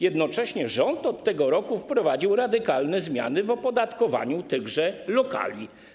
Jednocześnie rząd od tego roku wprowadził radykalne zmiany w opodatkowaniu tychże lokali.